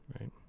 right